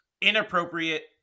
inappropriate